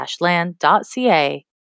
land.ca